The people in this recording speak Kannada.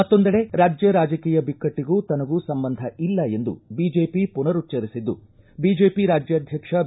ಮತ್ತೊಂದೆಡೆ ರಾಜ್ಯ ರಾಜಕೀಯ ಬಿಕ್ಕಟ್ಟಿಗೂ ತನಗೂ ಸಂಬಂಧ ಇಲ್ಲ ಎಂದು ಬಿಜೆಪಿ ಪುನರುಜ್ಜರಿಸಿದ್ದು ಬಿಜೆಪಿ ರಾಜ್ಯಾಧ್ಯಕ್ಷ ಬಿ